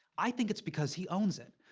i think it's because he owns it.